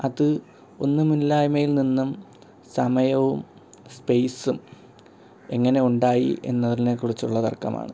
അത് ഒന്നുമില്ലായ്മ്മയിൽ നിന്നും സമയവും സ്പേയ്സും എങ്ങനെ ഉണ്ടായി എന്നുള്ളതിനെക്കുറിച്ചുള്ള തർക്കമാണ്